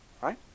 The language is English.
right